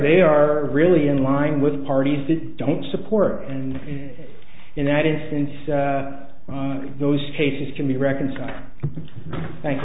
they are really in line with parties that don't support and in that instance those cases can be reconciled thanks